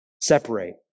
separate